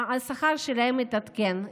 והשכר שלהם התעדכן,